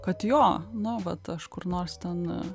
kad jo na vat aš kur nors ten